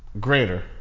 greater